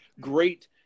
great